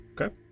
Okay